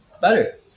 better